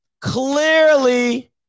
clearly